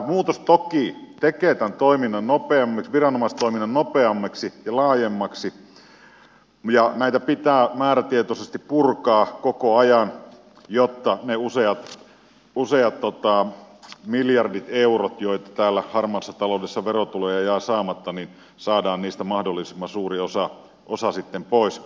tämä muutos toki tekee tämän viranomaistoiminnan nopeammaksi ja laajemmaksi ja näitä pitää määrätietoisesti purkaa koko ajan jotta niistä useista miljardeista euroista joita täällä harmaassa taloudessa verotuloja jää saamatta saadaan mahdollisimman suuri osa sitten pois